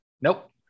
Nope